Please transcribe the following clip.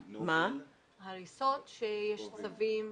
הריסות, כשיש צווים.